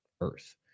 Earth